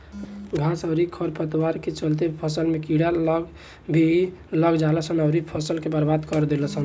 घास अउरी खर पतवार के चलते फसल में कीड़ा भी लाग जालसन अउरी फसल के बर्बाद कर देलसन